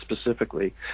specifically